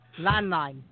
landline